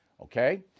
okay